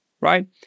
right